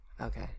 okay